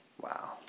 Wow